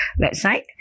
website